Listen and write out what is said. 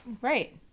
Right